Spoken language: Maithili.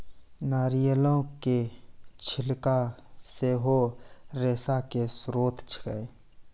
नारियलो के छिलका सेहो रेशा के स्त्रोत छै